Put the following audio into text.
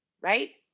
Right